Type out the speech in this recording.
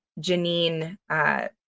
Janine